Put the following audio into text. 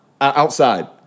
outside